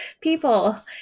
people